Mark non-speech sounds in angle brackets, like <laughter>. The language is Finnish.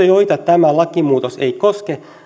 <unintelligible> joita tämä lakimuutos ei koske